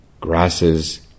grasses